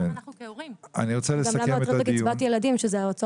אני דיברתי עכשיו עם חילי טרופר ואני אגיד לכם מה אנחנו חושבים לעשות.